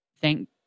thank